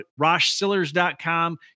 roshsillers.com